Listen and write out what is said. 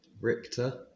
Richter